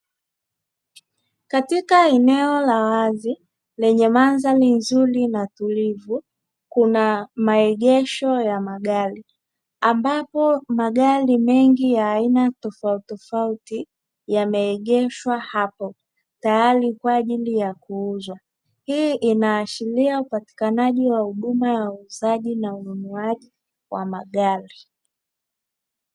Katika eneo la wazi lenye mandhari nzuri na tulivu kuna maegesho ya magari ambapo mengi ya aina tofauti tofauti yameegeshwa hapo tayari kwaajili ya kuuzwa. Hii inaashiria upatikanaji wa huduma ya uuzaji na ununuaji wa Magari.